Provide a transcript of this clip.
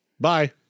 Bye